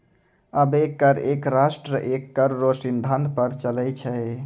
अबै कर एक राष्ट्र एक कर रो सिद्धांत पर चलै छै